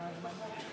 על הכשרות.